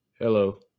Hello